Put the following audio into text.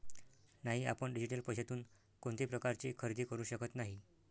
नाही, आपण डिजिटल पैशातून कोणत्याही प्रकारचे खरेदी करू शकत नाही